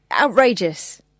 Outrageous